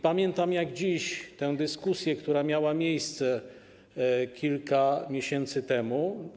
Pamiętam jak dziś tę dyskusję, która miała miejsce kilka miesięcy temu.